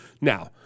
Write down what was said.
Now